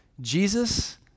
Jesus